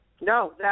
No